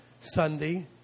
Sunday